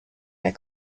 that